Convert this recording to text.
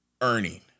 earning